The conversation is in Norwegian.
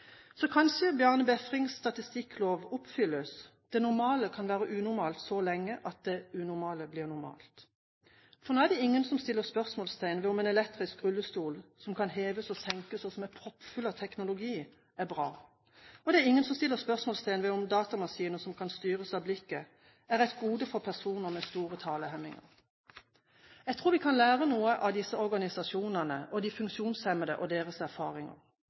Så kanskje Bjarne Befrings statistikklov oppfylles: Det normale kan være unormalt så lenge at det unormale blir normalt. Nå er det ingen som stiller spørsmål ved om en elektrisk rullestol, som kan heves og senkes og som er proppfull av teknologi, er bra. Det er ingen som stiller spørsmål ved om datamaskiner som kan styres av blikket, er et gode for personer med store talehemminger. Jeg tror vi kan lære noe av disse organisasjonene og de funksjonshemmede og deres erfaringer.